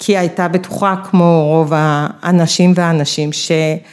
‫כי הייתה בטוחה כמו רוב ‫האנשים והנשים ש...